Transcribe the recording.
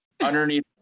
underneath